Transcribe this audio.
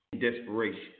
desperation